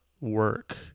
work